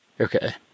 Okay